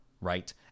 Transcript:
right